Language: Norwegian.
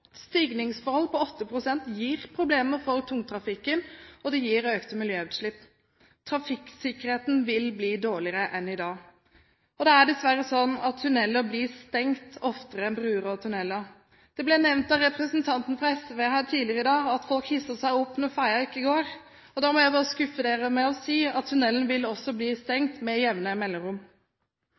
Stigningsforhold på 8 pst. fører til problemer for tungtrafikken og gir økte miljøutslipp. Trafikksikkerheten vil bli dårligere enn i dag. Det er dessverre slik at tunneler blir stengt oftere enn broer og veier. Det ble nevnt av representanten fra SV her tidligere i dag at folk hisser seg opp når ferga ikke går. Da må jeg bare skuffe dem med å si at tunneler vil også bli stengt med jevne mellomrom.